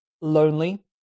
lonely